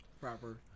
Proper